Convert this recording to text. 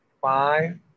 Five